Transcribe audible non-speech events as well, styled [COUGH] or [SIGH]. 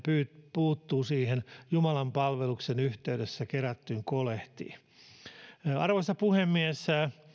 puuttuu siihen jumalanpalveluksen yhteydessä kerättyyn kolehtiin [UNINTELLIGIBLE] [UNINTELLIGIBLE] [UNINTELLIGIBLE] [UNINTELLIGIBLE] arvoisa puhemies